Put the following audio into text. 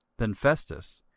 then festus,